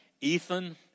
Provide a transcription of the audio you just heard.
Ethan